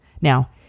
Now